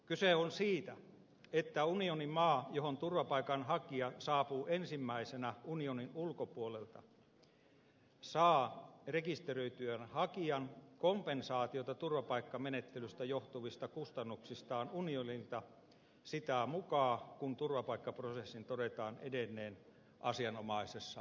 kyse on siitä että unionimaa johon turvapaikanhakija saapuu ensimmäisenä unionin ulkopuolelta saa rekisteröityään hakijan kompensaatiota turvapaikkamenettelystä johtuvista kustannuksistaan unionilta sitä mukaa kuin turvapaikkaprosessin todetaan edenneen asianomaisessa valtiossa